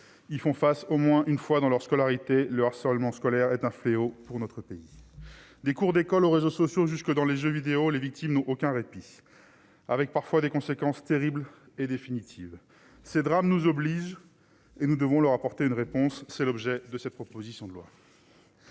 ils font face au moins une fois dans leur scolarité, le harcèlement scolaire est un fléau pour notre pays, des cours d'école aux réseaux sociaux jusque dans les jeux vidéo, les victimes n'ont aucun répit, avec parfois des conséquences terribles et définitive ce drame nous oblige et nous devons leur apporter une réponse, c'est l'objet de cette proposition de loi.